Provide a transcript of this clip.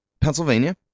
Pennsylvania